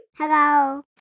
Hello